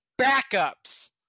Backups